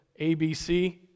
ABC